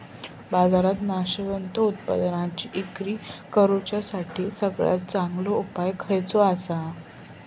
बाजारात नाशवंत उत्पादनांची इक्री करुच्यासाठी सगळ्यात चांगलो उपाय खयचो आसा?